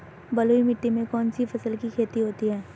बलुई मिट्टी में कौनसी फसल की खेती होती है?